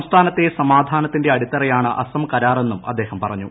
സംസ്ഥാനത്തെ സമാധാനത്തിന്റെ അടിത്തറയാണ് അസം കരാർ എന്നും അദ്ദേഹം പറഞ്ഞു